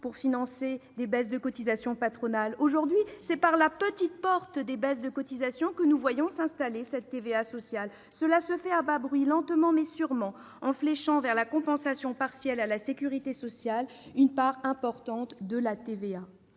pour financer des baisses de cotisations patronales. Aujourd'hui, c'est par la petite porte des baisses de cotisations que nous voyons introduire cette TVA sociale. Cela se fait à bas bruit, lentement mais sûrement, en fléchant vers la compensation partielle à la sécurité sociale une part plus importante de la TVA.